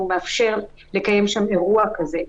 והוא מאפשר לקיים שם אירוע כזה,